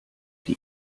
die